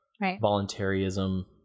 voluntarism